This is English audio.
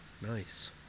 Nice